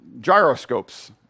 gyroscopes